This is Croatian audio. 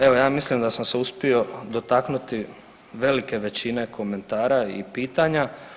Evo ja mislim da sam se uspio dotaknuti velike većine komentara i pitanja.